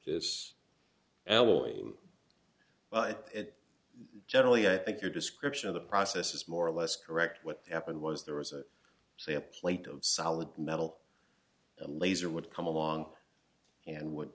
but it generally i think your description of the process is more or less correct what happened was there was a say a plate of solid metal and a laser would come along and would